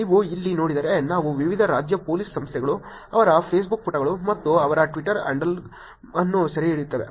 ನೀವು ಇಲ್ಲಿ ನೋಡಿದರೆ ನಾವು ವಿವಿಧ ರಾಜ್ಯ ಪೊಲೀಸ್ ಸಂಸ್ಥೆಗಳು ಅವರ ಫೇಸ್ಬುಕ್ ಪುಟಗಳು ಮತ್ತು ಅವರ ಟ್ವಿಟರ್ ಹ್ಯಾಂಡಲ್ ಅನ್ನು ಸೆರೆಹಿಡಿಯುತ್ತಿದ್ದೇವೆ